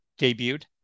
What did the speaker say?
debuted